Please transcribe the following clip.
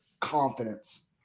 confidence